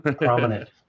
Prominent